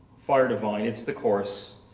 fire divine, it's the coarse.